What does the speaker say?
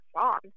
song